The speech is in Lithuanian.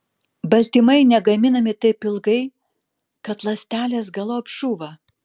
baltymai negaminami taip ilgai kad ląstelės galop žūva